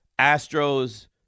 Astros